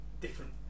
different